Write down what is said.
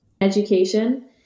education